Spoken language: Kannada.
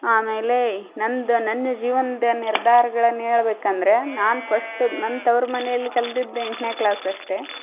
ಆಮೇಲೇ ನಂದು ನನ್ನ ಜೀವನದ ನಿರ್ಧಾರಗಳನ್ ಹೇಳ್ಬೇಕ್ ಅಂದರೆ ನಾನು ಫಸ್ಟ್ ನನ್ನ ತವ್ರು ಮನೆಯಲ್ಲಿ ಕಲ್ತಿದ್ದು ಎಂಟನೇ ಕ್ಲಾಸ್ ಅಷ್ಟೆ